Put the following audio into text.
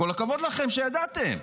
כל הכבוד לכם שידעתם.